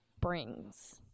brings